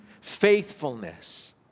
faithfulness